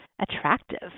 attractive